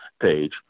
Page